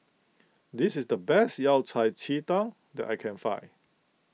this is the best Yao Cai Ji Tang that I can find